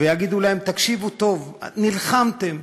ויגידו להם: תקשיבו טוב, נלחמתם,